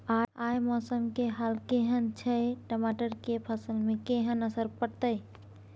आय मौसम के हाल केहन छै टमाटर के फसल पर केहन असर परतै?